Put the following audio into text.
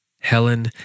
helen